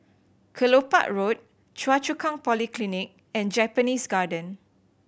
Kelopak Road Choa Chu Kang Polyclinic and Japanese Garden